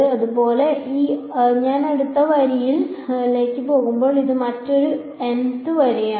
അതുപോലെ ഞാൻ അടുത്ത വരിയിലേക്ക് പോകുമ്പോൾ ഇത് മറ്റൊരു mth വരിയാണ്